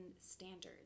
standards